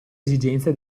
esigenze